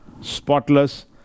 spotless